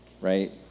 right